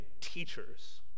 teachers